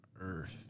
Earth